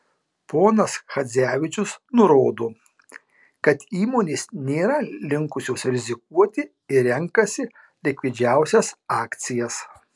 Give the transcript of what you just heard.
ponas chadzevičius nurodo kad įmonės nėra linkusios rizikuoti ir renkasi likvidžiausias akcijas